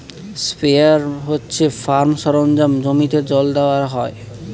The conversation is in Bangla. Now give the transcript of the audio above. স্প্রেয়ার হচ্ছে ফার্ম সরঞ্জাম জমিতে জল দেওয়া হয়